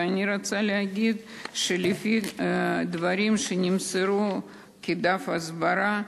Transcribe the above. ואני רוצה להגיד שלפי הדברים שנמסרו כדף הסברה,